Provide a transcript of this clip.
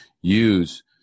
use